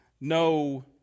no